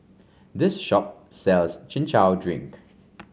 this shop sells Chin Chow Drink